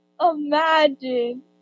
imagine